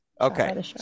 Okay